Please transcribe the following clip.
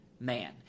Man